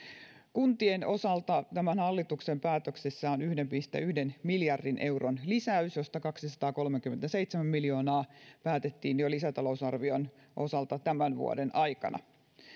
kuntien osalta tämän hallituksen päätöksissä on yhden pilkku yhden miljardin euron lisäys josta kaksisataakolmekymmentäseitsemän miljoonaa päätettiin jo lisätalousarvion osalta tämän vuoden aikana